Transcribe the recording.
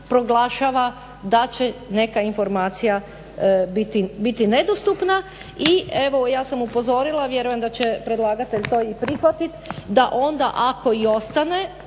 proglašava da će neka informacija biti nedostupna. I evo ja sam upozorila, vjerujem da će predlagatelj to i prihvatiti, da onda ako i ostane